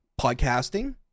podcasting